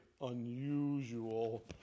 unusual